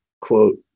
quote